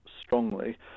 strongly